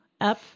up